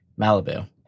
Malibu